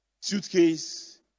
suitcase